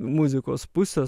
muzikos pusę